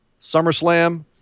SummerSlam